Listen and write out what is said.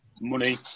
money